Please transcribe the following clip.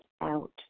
out